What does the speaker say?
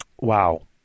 wow